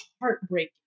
heartbreaking